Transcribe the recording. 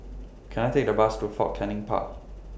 Can I Take The Bus to Fort Canning Park